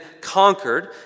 conquered